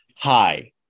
hi